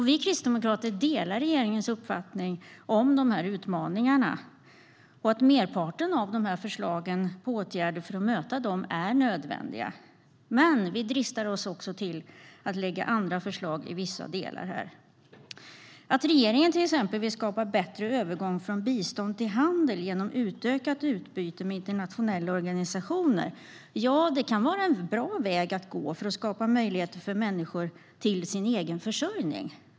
Vi kristdemokrater delar regeringens uppfattning om de här utmaningarna och anser att merparten av förslagen och åtgärderna för att möta dem är nödvändiga. Men vi dristar oss också till att lägga fram andra förslag i vissa delar. Att regeringen till exempel vill skapa en bättre övergång från bistånd till handel genom utökat utbyte med internationella organisationer kan vara en bra väg att gå för att skapa möjligheter för människor att försörja sig själva.